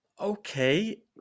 okay